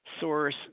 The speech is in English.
source